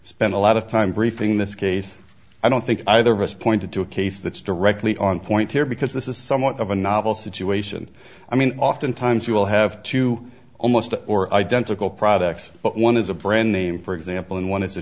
spend a lot of time briefing in this case i don't think either of us pointed to a case that's directly on point here because this is somewhat of a novel situation i mean oftentimes you will have to almost or identical products but one is a brand name for example and one is a